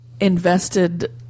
invested